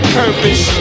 purpose